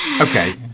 Okay